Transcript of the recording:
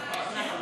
אני לא יוצא.